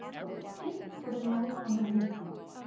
but the ti for the note on the weak beat.